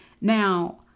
Now